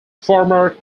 former